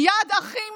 "יד אחים